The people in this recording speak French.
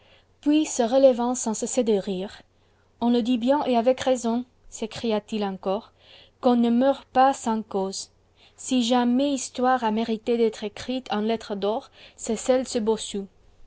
puis se relevant sans cesser de rire a on le dit bien et avec raison sécria t i encore qu'on ne meurt pas sans cause si jamais histoire a mérité d'être écrite en lettres d'or c'est celle de ce bossu